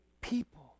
people